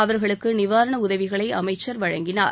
அவர்களுக்கு நிவாரண உதவிகளை அமைச்சர் வழங்கினார்